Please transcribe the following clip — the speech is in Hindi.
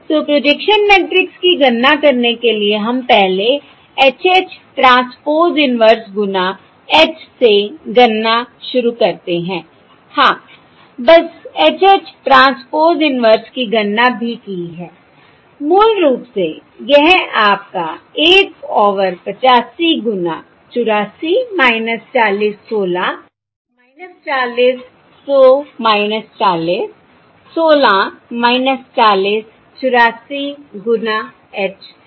तो प्रोजेक्शन मैट्रिक्स की गणना करने के लिए हम पहले H H ट्रांसपोज़ इन्वर्स गुना H से गणना शुरू करते हैं हां बस H H ट्रांसपोज़ इन्वर्स की गणना भी की है मूल रूप से यह आपका 1 ओवर 85 गुना 84 40 16 40 100 40 16 40 84 गुना H है